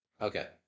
Okay